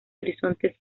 horizontes